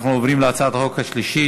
אנחנו עוברים להצעת החוק השנייה,